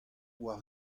war